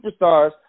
superstars